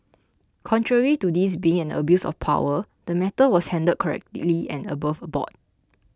contrary to this being an abuse of power the matter was handled correctly and above board